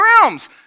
realms